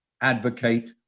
advocate